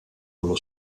allo